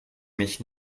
mich